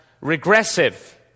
regressive